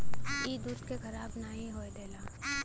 ई दूध के खराब नाही होए देला